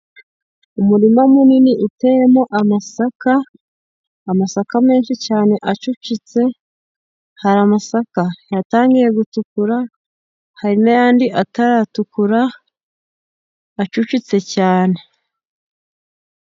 Umurima munini uteyemo amasaka, amasaka menshi cyane acucitse. Hari amasaka yatangiye gutukura, hari n'ayandi ataratukura acucitse cyane.